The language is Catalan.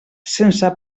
sense